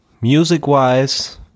music-wise